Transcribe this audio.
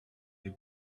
the